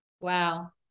Wow